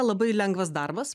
labai lengvas darbas